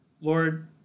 Lord